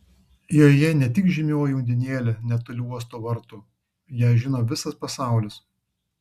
joje ne tik žymioji undinėlė netoli uosto vartų ją žino visas pasaulis